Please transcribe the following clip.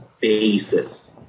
basis